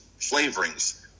flavorings